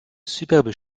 superbes